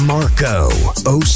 Marco